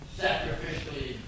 sacrificially